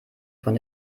von